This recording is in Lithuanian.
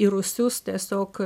į rūsius tiesiog